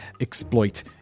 exploit-